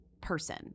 person